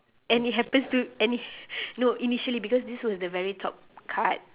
and it happens to and it no initially because this was the very top card